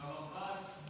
ביורוקרטיות.